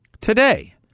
today